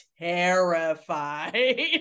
terrified